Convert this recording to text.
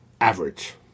Average